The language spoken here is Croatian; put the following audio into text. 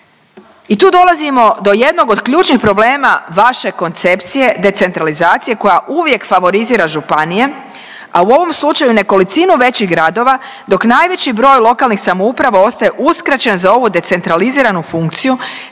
I tu dolazimo do jednog od ključnih problema vaše koncepcije decentralizacije koja uvijek favorizira županije, a u ovom slučaju nekolicinu većih gradova dok najveći broj lokalnih samouprava ostaje uskraćen za ovu decentraliziranu funkciju